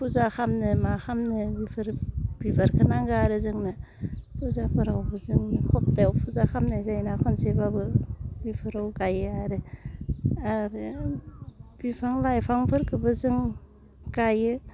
फुजा खालामनो मा खालामनो बिफोर बिबारखौ नांगो आरो जोंनो फुजाफोरावबो जोंनो हप्तायाव फुजा खामनाय जायो ना खेनसेबाबो बिफोराव गायो आरो आरो बिफां लाइफांफोरखौबो जों गायो